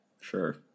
Sure